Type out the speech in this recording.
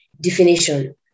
definition